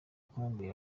kumubwira